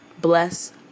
bless